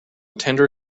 tender